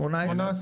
כמה זה?